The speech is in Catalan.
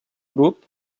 grup